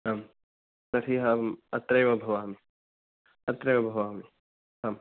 आं तर्हि अहम् अत्रैव भवामि अत्रैव भवामि आम्